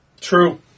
True